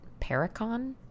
paracon